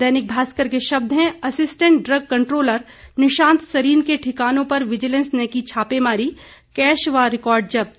दैनिक भास्कर के शब्द है assistant drug controller Nishant Sarin के ठिकानों पर विजीलैंस ने की छापेमारी कैश व रिकार्ड जब्त